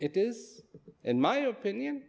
it is in my opinion